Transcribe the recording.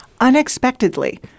unexpectedly